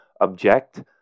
object